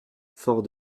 fort